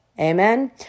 Amen